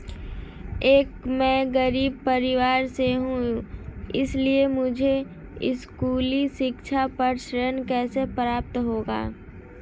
मैं एक गरीब परिवार से हूं इसलिए मुझे स्कूली शिक्षा पर ऋण कैसे प्राप्त होगा?